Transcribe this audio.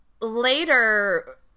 later